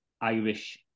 Irish